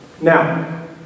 Now